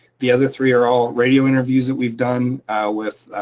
the other three are all radio interviews that we've done with